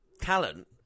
Talent